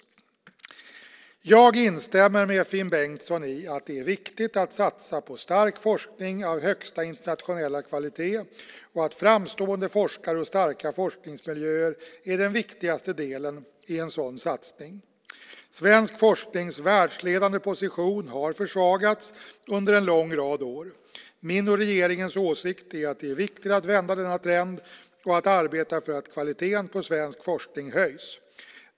Jag instämmer med Finn Bengtsson i att det är viktigt att satsa på stark forskning av högsta internationella kvalitet och att framstående forskare och starka forskningsmiljöer är den viktigaste delen i en sådan satsning. Svensk forsknings världsledande position har försvagats under en lång rad år. Min och regeringens åsikt är att det är viktigt att vända denna trend och att arbeta för att kvaliteten på svensk forskning höjs.